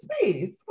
space